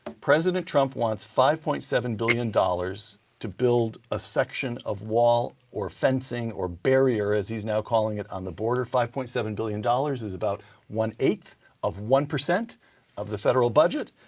president trump wants five point seven billion dollars to build a section of wall or fencing, or barrier as he is now calling it on the border. five point seven billion dollars is about one eight of one percent of the federal budget,